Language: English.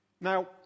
Now